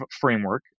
framework